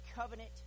covenant